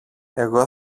εγώ